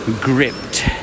gripped